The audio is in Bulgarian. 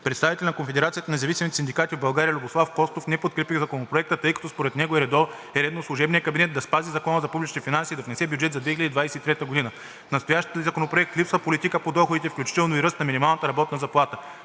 Представителят на Конфедерацията на независимите синдикати в България Любослав Костов не подкрепи Законопроекта, тъй като според него е редно служебният кабинет да спази Закона за публичните финанси и да внесе бюджет за 2023 г. В настоящия законопроект липсва политика по доходите, включително и ръст на минималната работна заплата.